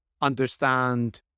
understand